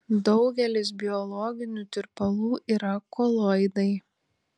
daugelis biologinių tirpalų yra koloidai